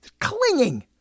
clinging